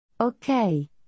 Okay